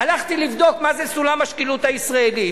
הלכתי לבדוק מה זה סולם השקילות הישראלי,